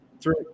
three